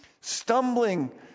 Stumbling